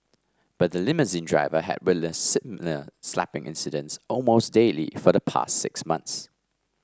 but the limousine driver had witnessed similar slapping incidents almost daily for the past six months